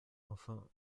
enfin